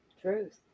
Truth